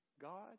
God